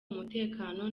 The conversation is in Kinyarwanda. umutekano